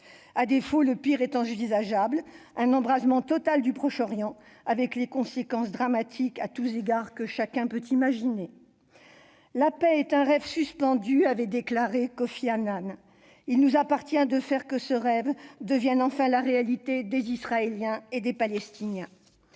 À défaut, le pire est envisageable : un embrasement total du Proche-Orient, avec les conséquences dramatiques à tous égards que chacun peut imaginer. « La paix est un rêve suspendu », avait déclaré Kofi Annan. Il nous appartient de faire que ce rêve devienne enfin réalité pour les Israéliens et les Palestiniens.